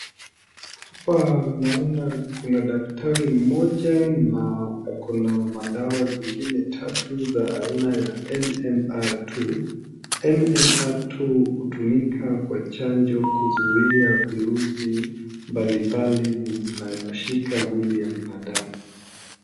Hapa naona kuna daktari mmoja na ako na madawa zingine tatu za aina ya MMR II, MMR II hutumika kwa chanjo kuzuia virusi mbalimbali zinaezashika mwili ya binadamu.